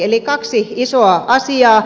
eli kaksi isoa asiaa